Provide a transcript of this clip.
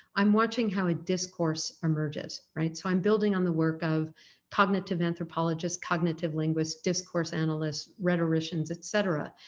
i'm watching how a discourse emerges, right? so i'm building on the work of cognitive anthropologists, cognitive linguists, discourse analysts, rhetoricians etc.